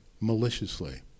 maliciously